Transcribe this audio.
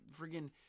freaking